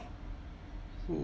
oo